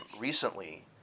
recently